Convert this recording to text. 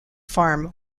farm